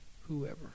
whoever